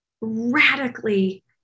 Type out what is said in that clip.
radically